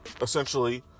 essentially